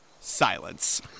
Silence